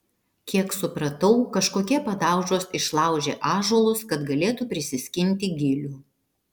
kiek supratau kažkokie padaužos išlaužė ąžuolus kad galėtų prisiskinti gilių